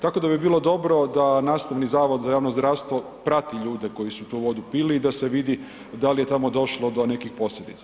Tako da bi bilo dobro da Nastavni zavod za javno zdravstvo prati ljude koji su tu vodu pili i da se vidi da li je tamo došlo do nekih posljedica.